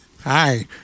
Hi